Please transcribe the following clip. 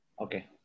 Okay